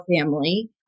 family